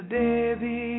baby